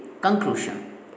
conclusion